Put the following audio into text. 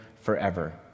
forever